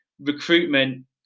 recruitment